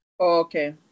Okay